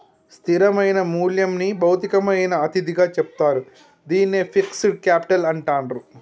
స్థిరమైన మూల్యంని భౌతికమైన అతిథిగా చెప్తారు, దీన్నే ఫిక్స్డ్ కేపిటల్ అంటాండ్రు